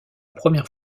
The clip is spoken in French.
première